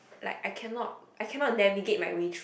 like I cannot I cannot navigate my way through